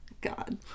God